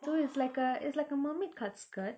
so it's like a it's like a mermaid-cut skirt